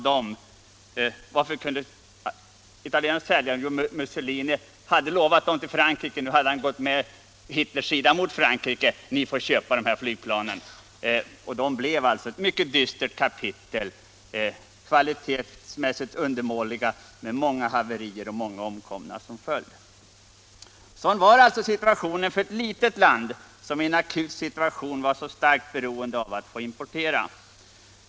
Varför kunde Italien sälja? Jo, Mussolini hade lovat Frankrike planen, men nu hade han gått med på Hitlersidan mot Frankrike, och vi fick köpa flygplanen. De blev ett mycket dystert kapitel — kvalitetsmässigt undermåliga plan med många haverier och många omkomna som följd. Sådan var alltså situationen för ett litet land som i en akut situation var så starkt beroende av att få importera.